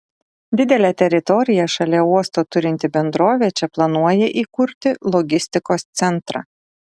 didelę teritoriją šalia uosto turinti bendrovė čia planuoja įkurti logistikos centrą